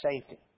safety